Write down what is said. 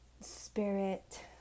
spirit